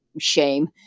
shame